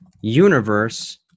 universe